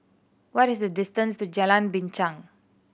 what is the distance to Jalan Binchang